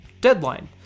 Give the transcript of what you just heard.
Deadline